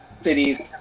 cities